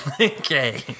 Okay